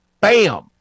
Bam